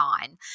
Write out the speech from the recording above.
nine